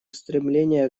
стремления